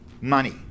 Money